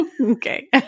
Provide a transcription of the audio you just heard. Okay